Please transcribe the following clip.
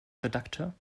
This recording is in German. redakteur